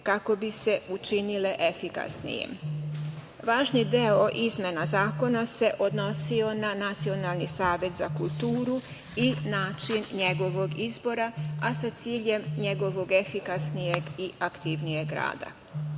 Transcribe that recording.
kako bi se učinile efikasnijim. Važni deo izmena zakona se odnosio na Nacionalni savet za kulturu i način njegovog izbora, a sa ciljem njegovog efikasnijeg i aktivnijeg rada.